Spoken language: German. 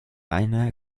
eine